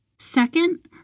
Second